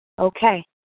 Okay